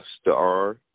star